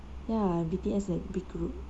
ya B_T_S that big group